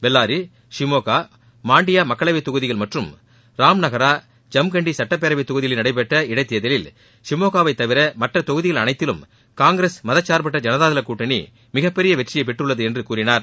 பெல்லாரி ஷிமோக்கா மாண்டியா மக்களவைத் தொகுதிகள் மற்றும் ராம்நகரா ஜம்கண்டி சட்டப் பேரவைத் தொகுதிகளில் நடைபெற்ற இடைத் தேர்தலில் ஷிமோக்காவைத் தவிர மற்ற தொகுதிகள் அனைத்திலும் காங்கிரஸ் மதசார்பற்ற ஜனதாதள கூட்டணி மிகப்பெரிய வெற்றியை பெற்றுள்ளது என்று கூறினார்